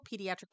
pediatric